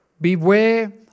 Beware